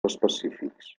específics